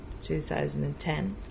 2010